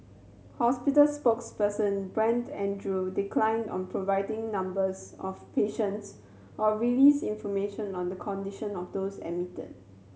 hospital spokesman Brent Andrew declined on providing numbers of patients or release information on the condition of those admitted